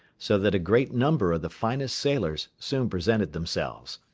so that a great number of the finest sailors soon presented themselves.